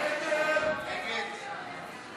ההצעה להסיר מסדר-היום את הצעת חוק-יסוד: